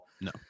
No